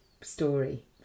story